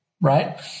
right